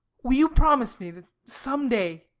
will you promise me that some day